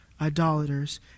idolaters